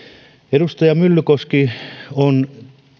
edustaja myllykoski on